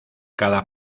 cada